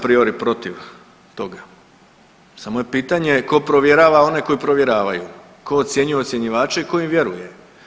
priori protiv toga samo je pitanje tko provjerava one koji provjeravaju, tko ocjenjuje ocjenjivače i tko im vjeruje?